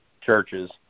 churches